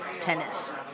tennis